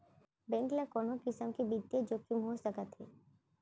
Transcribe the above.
Bank ल कोन किसम के बित्तीय जोखिम हो सकत हे?